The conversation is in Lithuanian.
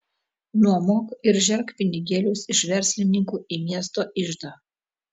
nuomok ir žerk pinigėlius iš verslininkų į miesto iždą